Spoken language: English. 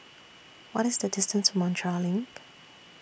What IS The distance to Montreal LINK